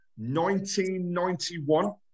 1991